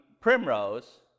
primrose